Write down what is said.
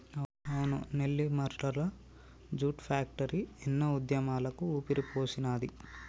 అవును Nellimarla jute factory ఎన్నో ఉద్యమాలకు ఊపిరిపోసినాది